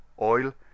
oil